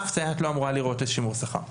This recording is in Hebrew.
אף סייעת לא אמורה לראות שימור שכר.